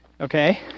okay